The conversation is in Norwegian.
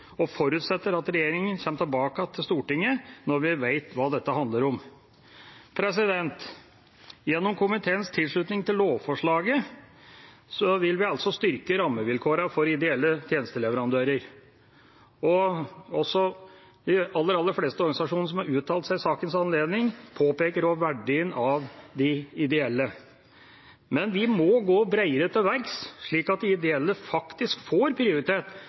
og forutsetter at regjeringen kommer tilbake til Stortinget når vi vet hva dette handler om. Gjennom komiteens tilslutning til lovforslaget vil vi altså styrke rammevilkårene for ideelle tjenesteleverandører. De aller fleste organisasjonene som har uttalt seg i sakens anledning, påpeker også verdien av de ideelle, men vi må gå bredere til verks, slik at de ideelle faktisk får prioritet